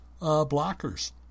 blockers